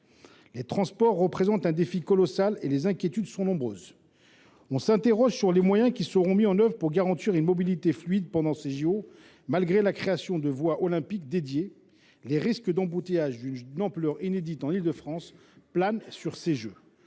Les transports représentent un défi colossal et, là encore, les inquiétudes sont nombreuses. On s’interroge sur les moyens qui seront mis en œuvre pour garantir une mobilité fluide pendant ces JO. Malgré la création de voies olympiques dédiées, le risque d’embouteillages d’une ampleur inédite en Île de France plane sur les Jeux.